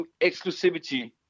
exclusivity